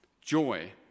joy